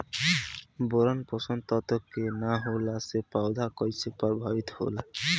Boron पोषक तत्व के न होला से पौधा कईसे प्रभावित होला?